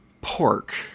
pork